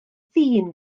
ddyn